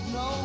no